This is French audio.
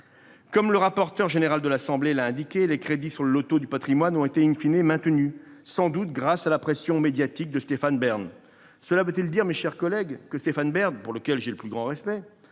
Comme le rapporteur général de l'Assemblée nationale l'a indiqué, les crédits du loto du patrimoine ont été maintenus, sans doute grâce à la pression médiatique de Stéphane Bern. Cela veut-il dire, mes chers collègues, que ce dernier, pour qui j'ai le plus grand respect,